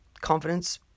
confidence